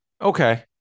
okay